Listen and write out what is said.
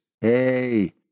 Hey